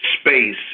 space